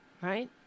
Right